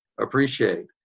appreciate